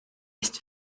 ist